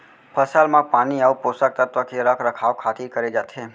फसल म पानी अउ पोसक तत्व के रख रखाव खातिर करे जाथे